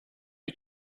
you